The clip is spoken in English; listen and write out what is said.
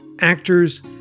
actors